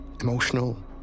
emotional